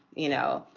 you know,